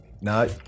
no